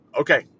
Okay